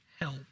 help